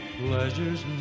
pleasures